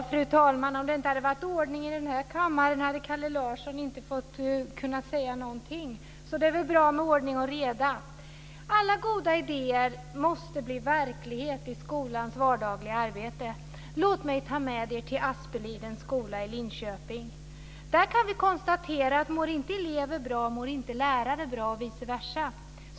Fru talman! Om det inte hade varit ordning i denna kammare hade Kalle Larsson inte kunnat säga någonting, så det är väl bra med ordning och reda. Alla goda idéer måste bli verklighet i skolans vardagliga arbete. Låt mig ta med er till Aspelidens skola i Linköping. Där kan vi konstatera att lärare inte mår bra om inte elever mår bra, och vice versa.